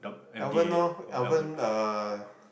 Alven lor Alven uh